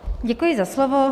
Děkuji za slovo.